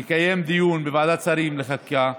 נקיים דיון בוועדת השרים לחקיקה,